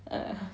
ah